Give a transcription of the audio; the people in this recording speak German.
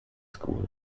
school